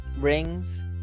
rings